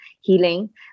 healing